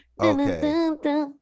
okay